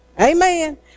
Amen